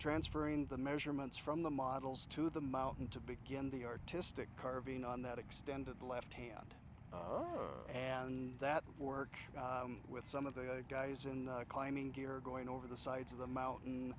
transferring the measurements from the models to the mountain to begin the artistic carving on that extended left hand and that works with some of the guys in the climbing gear going over the sides of the mountain